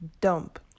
dump